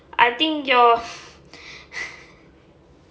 I think your